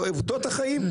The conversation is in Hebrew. אלא זה עובדות החיים.